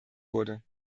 wurde